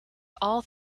all